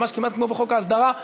ממש כמעט כמו בחוק ההסדרה.